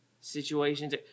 Situations